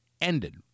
ended